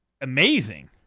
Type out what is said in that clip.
amazing